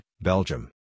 Belgium